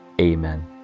Amen